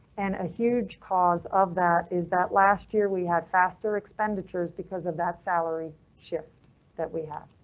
and huge cause of that is that last year we had faster expenditures because of that salary shift that we have.